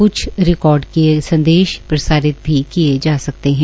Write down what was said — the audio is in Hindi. क्छ रिकार्ड किये गये संदेश प्रसारित भी किए जा सकते है